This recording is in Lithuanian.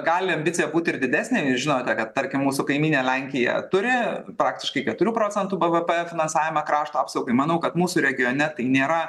gali ambicija būti ir didesnė žinote kad tarkim mūsų kaimynė lenkija turi praktiškai keturių procentų bvp finansavimą krašto apsaugai manau kad mūsų regione tai nėra